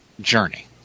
journey